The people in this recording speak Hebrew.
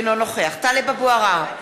אינו נוכח טלב אבו עראר,